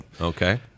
Okay